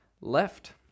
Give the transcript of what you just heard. left